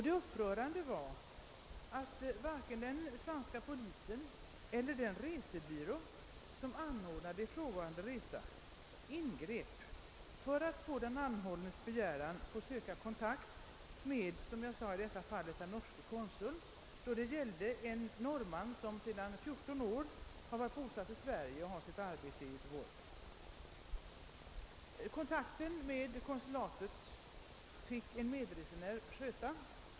Det upprörande var att varken den spanska polisen eller den resebyrå, som anordnade resan, ingrep för att på den anhållnes begäran söka kontakt med i detta fall den norske konsuln på platsen — det gällde en sedan 14 år tillbaka i Sverige bosatt norsk medborgare med arbete i Göteborg. Kontakten med konsulatet fick en medresenär sköta.